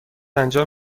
انجام